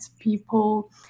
people